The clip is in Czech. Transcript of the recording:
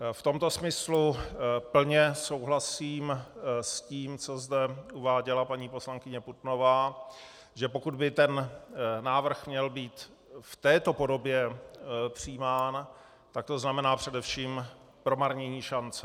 V tomto smyslu plně souhlasím s tím, co zde uváděla paní poslankyně Putnová, že pokud by návrh měl být v této podobě přijímán, tak to znamená především promarnění šance.